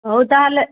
ହଉ ତା'ହେଲେ